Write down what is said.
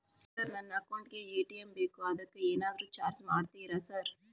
Sir ನನ್ನ account ಗೇ ATM ಬೇಕು ಅದಕ್ಕ ಏನಾದ್ರು ಚಾರ್ಜ್ ಮಾಡ್ತೇರಾ ಸರ್?